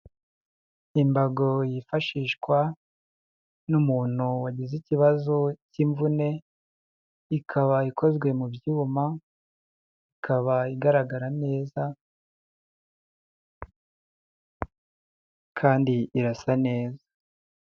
Imbago yifashishwa n'umuntu wagize ikibazo k'imvune, ikaba ikozwe mu byuma, ikaba igaragara neza kandi irasa neza.